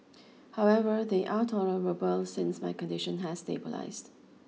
however they are tolerable since my condition has stabilised